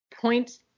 points